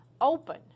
open